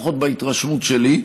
לפחות מההתרשמות שלי,